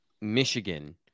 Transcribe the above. Michigan